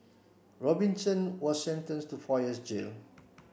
Robinson was sentence to four years jail